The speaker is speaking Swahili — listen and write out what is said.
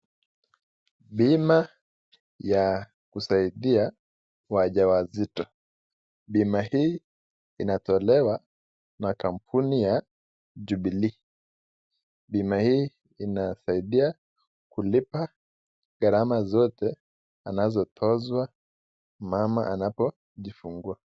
Bima ya kusaidia wajawazito bima hii inatolewa na kampuni ya Jubilee. Bima hii inasaidia kulipa gharama zote anazotozwa mama anapojifungua.